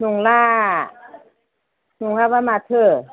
नंला नङाबा माथो